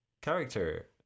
character